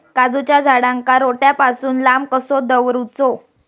काजूच्या झाडांका रोट्या पासून लांब कसो दवरूचो?